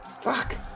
fuck